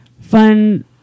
fun